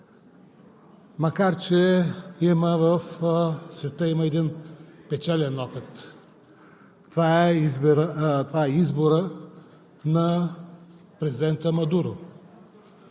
Макар че в света има един печален опит. Това е изборът на президента Мадуро